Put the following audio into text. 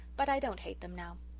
but i don't hate them now.